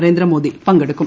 നരേന്ദ്രമോദി പങ്കെടുക്കും